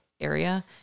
area